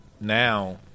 now –